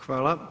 Hvala.